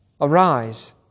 Arise